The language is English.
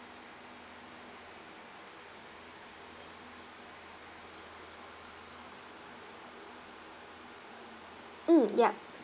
mm yup